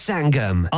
Sangam